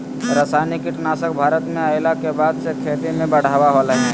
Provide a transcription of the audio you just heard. रासायनिक कीटनासक भारत में अइला के बाद से खेती में बढ़ावा होलय हें